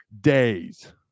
days